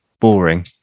boring